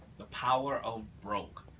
the power of broke,